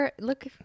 Look